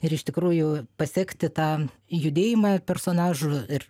ir iš tikrųjų pasekti tą judėjimą personažų ir